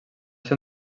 ser